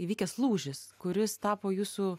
įvykęs lūžis kuris tapo jūsų